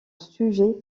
sujet